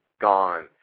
gone